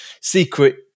secret